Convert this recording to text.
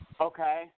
Okay